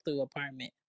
apartment